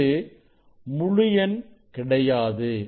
இது முழு எண் கிடையாது